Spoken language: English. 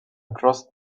across